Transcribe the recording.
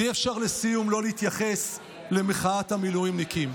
ולסיום, אי-אפשר שלא להתייחס למחאת המילואימניקים.